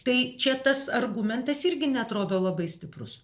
tai čia tas argumentas irgi neatrodo labai stiprus